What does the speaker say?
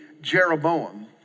Jeroboam